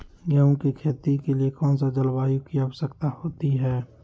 गेंहू की खेती के लिए कौन सी जलवायु की आवश्यकता होती है?